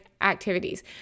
activities